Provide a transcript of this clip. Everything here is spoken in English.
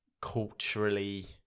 culturally